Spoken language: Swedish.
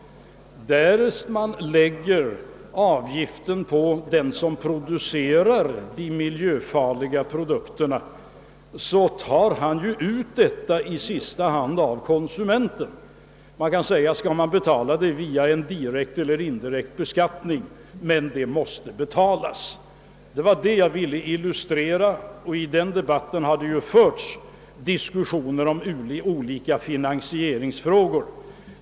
Därest man lägger avgiften på den som producerar de miljöfarliga produkterna, tar han ju ut kostnaderna i sista hand av konsumenten. Jag kan säga att frågan är, om man skall betala det via en direkt eller indirekt beskattning, men det måste betalas. Det var det jag ville illustrera, och i den debatten har det förts diskussioner om olika finansieringsfrågor.